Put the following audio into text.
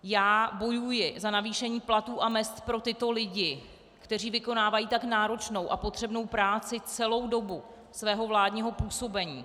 Já bojuji za navýšení platů a mezd pro tyto lidi, kteří vykonávají tak náročnou a potřebnou práci, celou dobu svého vládního působení.